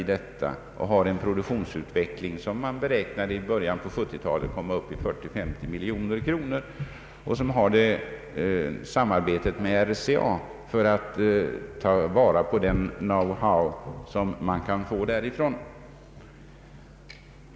Produktionen beräknas ha stigit till 40 å 50 miljoner kronor i början av 1970-talet. Vidare har ASEA samarbete med RCA för att ta vara på den know-how som man kan få därifrån.